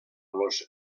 los